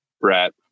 Brett